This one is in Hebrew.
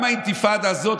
גם האינתיפאדה הזאת,